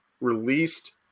released